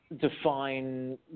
define